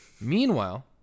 Meanwhile